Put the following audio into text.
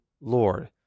Lord